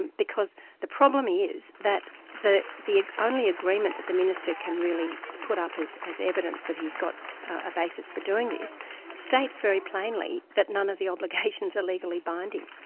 and because the problem is that the the only agreement that the minister can really put up as as evidence that he's got a basis for doing this states very plainly that none of the obligations are legally binding.